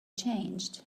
changed